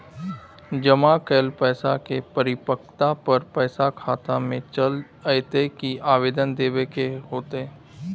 जमा कैल पैसा के परिपक्वता पर पैसा खाता में चल अयतै की आवेदन देबे के होतै?